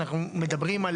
אנחנו מדברים על